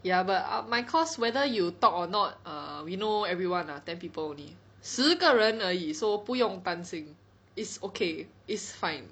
ya but my course whether you talk or not err we know everyone lah ten people only 十个人而已 so 不用担心 it's ok it's fine